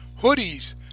hoodies